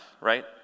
right